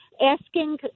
asking